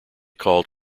called